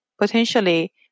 potentially